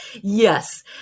Yes